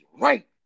right